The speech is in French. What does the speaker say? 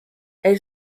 elle